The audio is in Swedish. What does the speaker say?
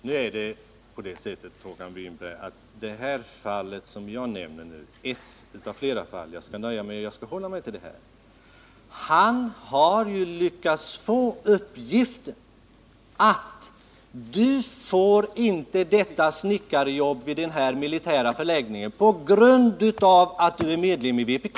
Herr talman! Nu är det på det sättet, Håkan Winberg, att i det fall som jag har talat om — jag skall hålla mig till ett av flera fall — har personen i fråga fått beskedet: Du får inget snickarjobb vid den här militära förläggningen på grund av att du är medlem i vpk.